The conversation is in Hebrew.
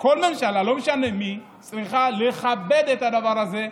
כל ממשלה, לא משנה מי, צריכה לכבד את הדבר הזה.